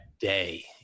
day